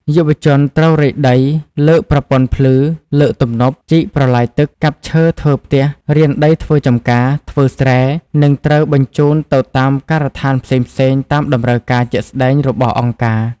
យុវជនត្រូវរែកដី លើកប្រព័ន្ធភ្លឺ លើកទំនប់ ជីកប្រឡាយទឹក កាប់ឈើធ្វើផ្ទះ រានដីធ្វើចម្ការ ធ្វើស្រែ និងត្រូវបញ្ជូនទៅតាមការដ្ឋានផ្សេងៗតាមតម្រូវការដាក់ស្ដែងរបស់អង្គការ។